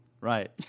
Right